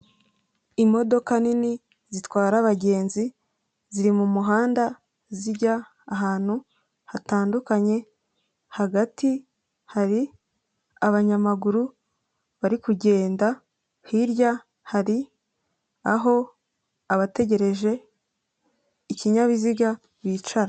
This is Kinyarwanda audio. Imodoka nini zitwara abagenzi ziri mumuhanda zijya ahantu hatandukanye, hagati hari abanyamaguru bari kugenda, hirya hari aho abategereje ikinyabiziga bicara.